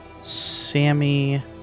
Sammy